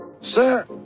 Sir